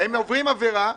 הן עוברות עבירה,